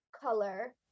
color